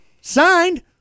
Signed